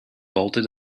bolted